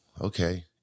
okay